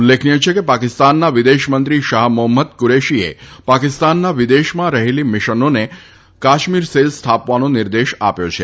ઉલ્લેખનીય છે કે પાકિસ્તાનના વિદેશ મંત્રી શાહ મોફમ્મદ કુરેશીએ પાકિસ્તાનના વિદેશમાં રહેલી મિશનોને કાશ્મીર સેલ સ્થાપવાનો નિર્દેશ આપ્યો છે